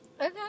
okay